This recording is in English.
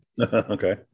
Okay